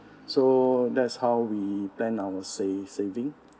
so that's how we plan our sa~ saving